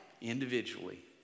individually